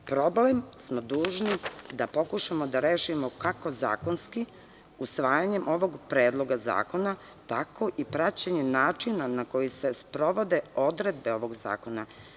Problem smo dužni da pokušamo da rešimo kako zakonski, usvajanjem ovog predloga zakona, tako i praćenjem načina na koji se sprovode odredbe ovog zakona.